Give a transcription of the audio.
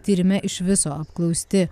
tyrime iš viso apklausti